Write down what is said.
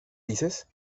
dices